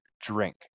drink